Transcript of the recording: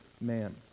man